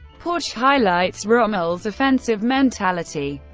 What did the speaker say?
porch highlights rommel's offensive mentality,